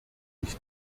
ich